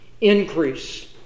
increase